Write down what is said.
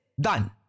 Done